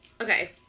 okay